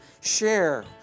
share